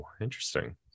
interesting